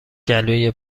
گلوی